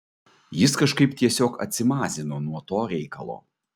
jis kažkaip tiesiog atsimazino nuo to reikalo